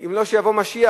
אם לא שיבוא משיח,